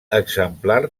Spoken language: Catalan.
exemplar